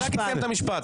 אני אסיים את המשפט.